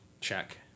Check